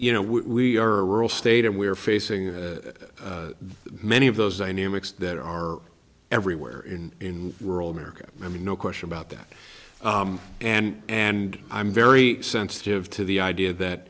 you know we are a rural state and we're facing many of those dynamics that are everywhere in rural america i mean no question about that and and i'm very sensitive to the idea that